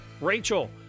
Rachel